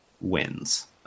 wins